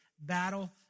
battle